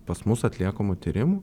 pas mus atliekamų tyrimų